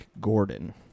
Gordon